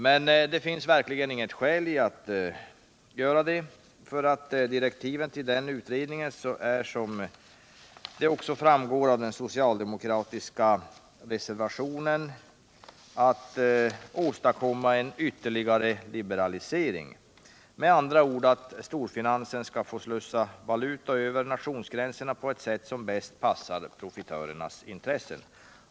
Men det fanns verkligen inget skäl att göra det. I direktiven till den utredningen sägs nämligen —- som också framgår av den socialdemokratiska reservationen — att syftet är att åstadkomma en ytterligare liberalisering, med andra ord att låta storfinansen slussa valuta över nationsgränserna på ett sätt Som bäst passar profitörernas intressen.